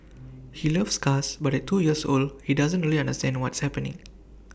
he loves cars but at two years old he doesn't really understand what's happening